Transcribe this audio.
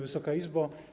Wysoka Izbo!